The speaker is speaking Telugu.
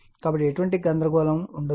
కాబట్టి ఎటువంటి గందరగోళం ఉండకూడదు